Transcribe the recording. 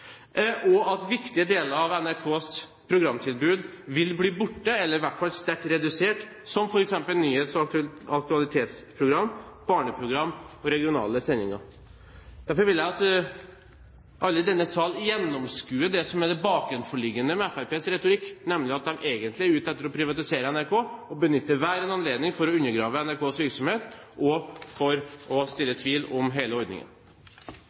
og at viktige deler av NRKs programtilbud vil bli borte eller i hvert fall sterkt redusert, som f.eks. nyhets- og aktualitetsprogram, barneprogram og regionale sendinger. Derfor vil jeg at alle i denne sal gjennomskuer det som er det bakenforliggende i Fremskrittspartiets retorikk, nemlig at de egentlig er ute etter å privatisere NRK og benytter enhver anledning til å undergrave NRKs virksomhet og reise tvil om hele ordningen.